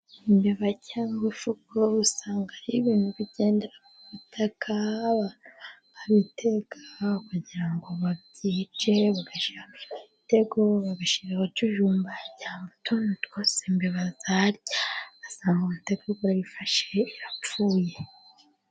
Imbeba cyangwa ifuku usanga ari ibintu bigendera ku butaka, babitegaho kugira ngo babyice bagashaka ibitego bagashira akajumba cyangwa utuntu twose imbeba zaryaho bagasanga umutego waifashe yapfuye..